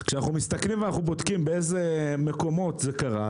כשאנחנו בודקים באילו מקומות זה קורה,